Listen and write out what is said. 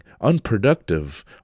unproductive